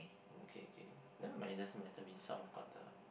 okay okay never mind it doesn't matter we sort of got the